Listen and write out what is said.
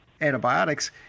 antibiotics